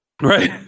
Right